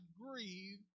grieve